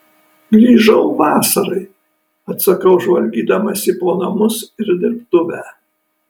grįžau vasarai atsakau žvalgydamasi po namus ir dirbtuvę